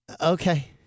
Okay